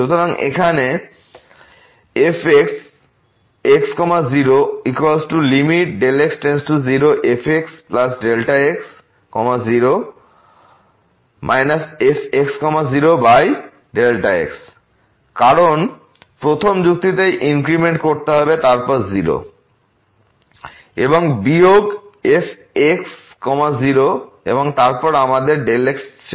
সুতরাং fxx0x→0fxx0 fx0x কারণ প্রথম যুক্তিতে ইনক্রিমেন্ট করতে হবে তারপর 0 এবং বিয়োগ f x 0 এবং তারপর আমাদের x সেখানে আছে